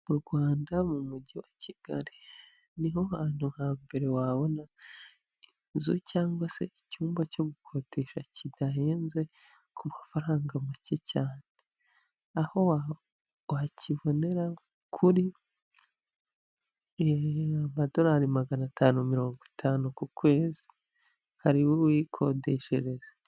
Mu Rwanda mu mujyi wa Kigali niho hantu hambere wabona inzu cyangwa se icyumba cyo gukodesha kidahenze ku mafaranga make cyane, aho wakibonera kuri amadolari magana atanu mirongo itanu ku kwezi, karibu wikodeshereze.